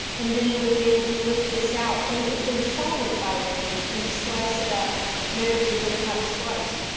and then would have been able to lift this out. and it would have been solid by then and she would slice it up and everybody would have had a slice.